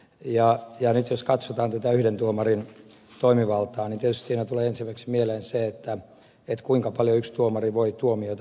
nyt jos katsotaan tätä yhden tuomarin toimivaltaa niin tietysti siinä tulee ensimmäiseksi mieleen se kuinka paljon yksi tuomari voi tuomioita antaa